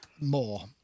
more